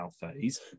phase